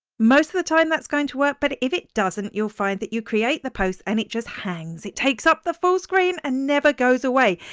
most of the time that's going to work but if it doesn't you'll find that you create the post and it just hangs. it takes up the full screen and never goes away.